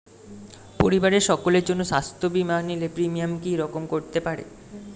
পরিবারের সকলের জন্য স্বাস্থ্য বীমা নিলে প্রিমিয়াম কি রকম করতে পারে?